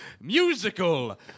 musical